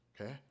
Okay